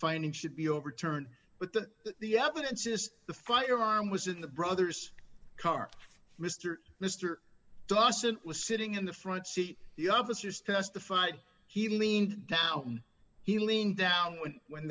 finding should be overturned but that the evidence is the firearm was in the brother's car mr mr dawson was sitting in the front seat the officers testified he leaned down he leaned down when when